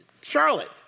Charlotte